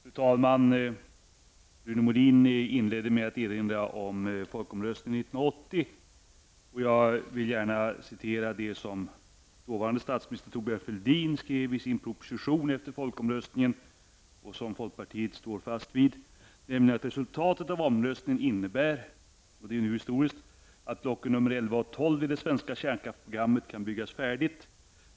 Fru talman! Rune Molin inledde med att erinra om folkomröstningen 1980. Jag vill gärna citera det som dåvarande statsministern Thorbjörn Fälldin skrev i propositionen efter folkomröstningen och som folkpartiet står fast vid: ''-- Resultatet av omröstningen innebär'' -- vilket nu är historiskt -- ''att blocken nummer elva och tolv i det svenska kärnkraftsprogrammet kan byggas färdigt.